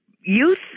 youth